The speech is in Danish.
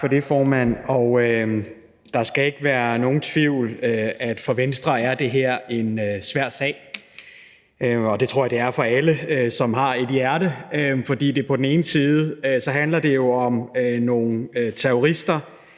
for det, formand. Der skal ikke være nogen tvivl om, at for Venstre er det her en svær sag, og det tror jeg den er for alle, som har et hjerte. For på den ene side handler det jo om nogle terrorister,